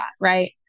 Right